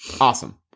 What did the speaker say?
Awesome